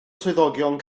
swyddogion